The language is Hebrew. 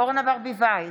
אורנה ברביבאי,